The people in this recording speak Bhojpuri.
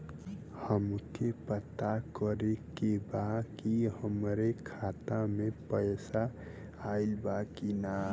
हमके पता करे के बा कि हमरे खाता में पैसा ऑइल बा कि ना?